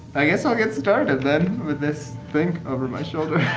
i guess i'll get started then with this thing over my shoulder